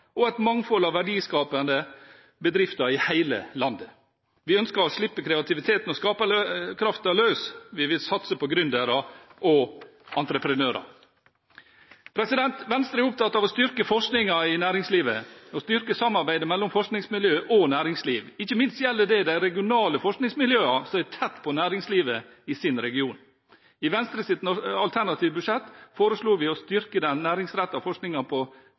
og et mangfold av verdiskapende bedrifter i hele landet. Vi ønsker å slippe kreativiteten og skaperkraften løs. Vi vil satse på gründere og entreprenører. Venstre er opptatt av å styrke forskningen i næringslivet og å styrke samarbeidet mellom forskningsmiljø og næringsliv. Ikke minst gjelder det de regionale forskningsmiljøene som er tett på næringslivet i sin region. I Venstres alternative budsjett foreslår vi å styrke den næringsrettede forskningen med 75 mill. kr, i tillegg til satsing på